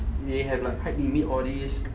they have like height limit all these